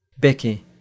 Becky